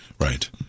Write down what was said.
Right